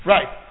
Right